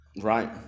right